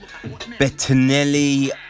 Bettinelli